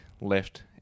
left